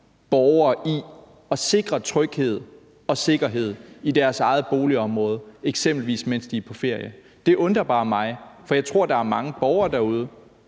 borgere i at sikre tryghed og sikkerhed i deres eget boligområde, eksempelvis mens de er på ferie, og det undrer mig bare. For jeg tror, der er mange borgere derude,